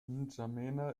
n’djamena